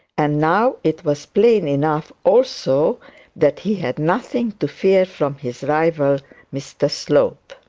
and now it was plain enough also that he had nothing to fear from his rival mr slope.